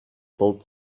built